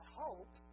hope